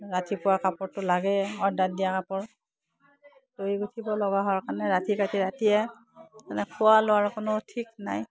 ৰাতিপুৱা কাপোৰটো লাগে অৰ্ডাৰ দিয়া কাপোৰ দহি গোঁঠিব লগা হোৱাৰ কাৰণে ৰাতি কাটি ৰাতিয়ে মানে খোৱা লোৱাৰ কোনো ঠিক নাই